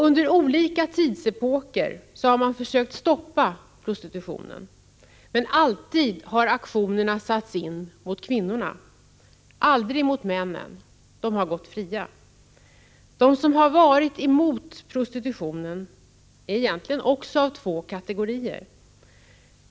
Under olika tidsepoker har man försökt stoppa prostitutionen, men alltid har aktionerna satts in mot kvinnorna, aldrig mot männen — de har gått fria. De som varit emot prostitutionen är egentligen också av två kategorier.